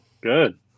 good